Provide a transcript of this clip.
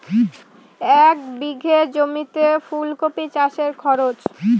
এক বিঘে জমিতে ফুলকপি চাষে খরচ?